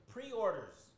Pre-orders